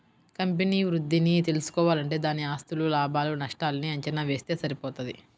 company వృద్ధిని తెల్సుకోవాలంటే దాని ఆస్తులు, లాభాలు నష్టాల్ని అంచనా వేస్తె సరిపోతది